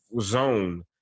zone